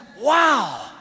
Wow